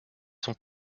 son